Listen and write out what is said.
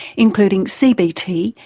including cbt,